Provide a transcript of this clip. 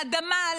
לאדמה,